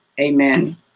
Amen